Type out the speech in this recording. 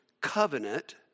covenant